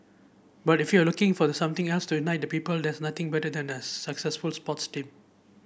but if you're looking for the something has to unite the people there's nothing better than a successful sports team